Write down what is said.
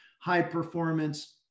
high-performance